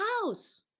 house